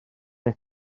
eich